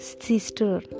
sister